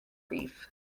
grief